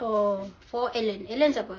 oo for alan alan siapa